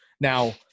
Now